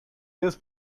this